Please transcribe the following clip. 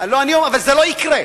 אבל זה לא יקרה,